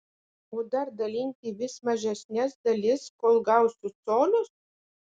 o dar dalinti į vis mažesnes dalis kol gausiu colius